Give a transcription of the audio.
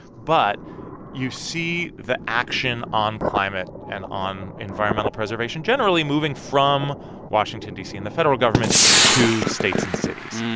but you see the action on climate and on environmental preservation generally moving from washington, d c, and the federal government to states and cities.